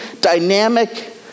dynamic